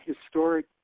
historic